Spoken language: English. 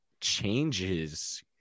changes